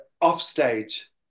off-stage